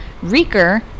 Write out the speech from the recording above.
Reeker